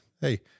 Hey